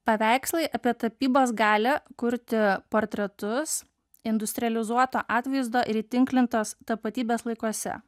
paveikslai apie tapybos galią kurti portretus industrializuoto atvaizdo ir įtinklintos tapatybės laikuose